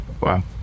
Wow